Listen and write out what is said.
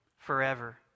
forever